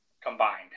combined